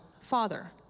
father